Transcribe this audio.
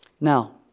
Now